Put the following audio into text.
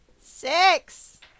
Six